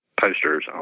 posters